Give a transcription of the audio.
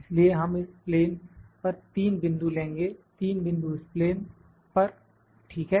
इसलिए हम इस प्लेन पर 3 बिंदु लेंगे 3 बिंदु इस प्लेन पर ठीक है